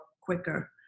quicker